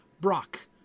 brock